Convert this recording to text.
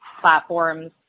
platforms